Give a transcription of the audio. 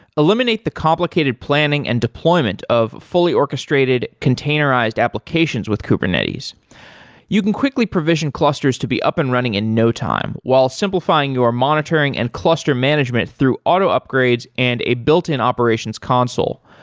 eliminate the complicated planning and deployment of fully orchestrated containerized applications with kubernetes you can quickly provision clusters to be up and running in no time, while simplifying your monitoring and cluster management through auto upgrades and a built-in operations console.